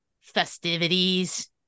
festivities